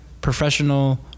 professional